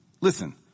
listen